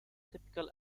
typical